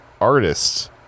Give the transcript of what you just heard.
artists